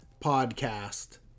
Podcast